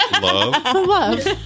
Love